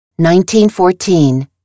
1914